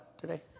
today